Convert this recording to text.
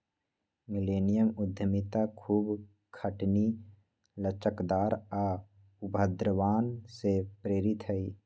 millennium उद्यमिता खूब खटनी, लचकदार आऽ उद्भावन से प्रेरित हइ